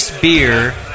beer